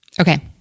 Okay